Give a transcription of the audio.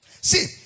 See